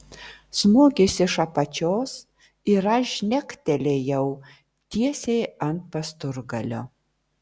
smūgis iš apačios ir aš žnektelėjau tiesiai ant pasturgalio